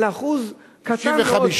על אחוז קטן מאוד,